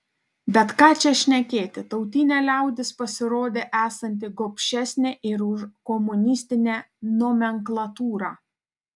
bet ką čia šnekėti tautinė liaudis pasirodė esanti gobšesnė ir už komunistinę nomenklatūrą